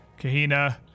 Kahina